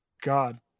God